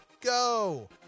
go